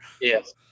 Yes